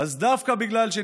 אז בכלל,